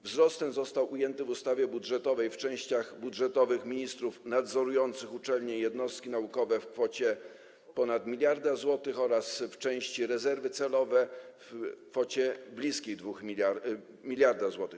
Wzrost ten został ujęty w ustawie budżetowej w częściach budżetowych ministrów nadzorujących uczelnie i jednostki naukowe w kwocie ponad 1 mld zł oraz w części Rezerwy celowe - w kwocie bliskiej 1 mld zł.